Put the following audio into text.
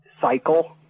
cycle